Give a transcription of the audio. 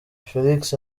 felix